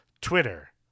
Twitter